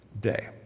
day